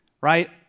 right